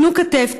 תנו כתף,